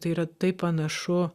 tai yra taip panašu